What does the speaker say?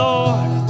Lord